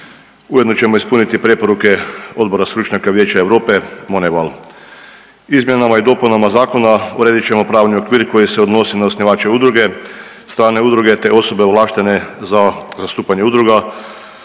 Ujedno ćemo ispuniti preporuke odbora stručnjaka Vijeća Europe …/Govornik se ne razumije./… Izmjenama i dopuna zakona uredit ćemo pravni okvir koji se odnosi na osnivače udruge, strane udruge te osobe ovlaštene za zastupanje udruga